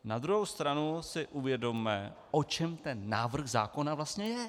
Na druhou stranu si uvědomme, o čem ten návrh zákona vlastně je.